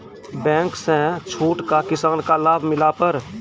Bank से छूट का किसान का लाभ मिला पर?